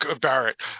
Barrett